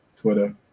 Twitter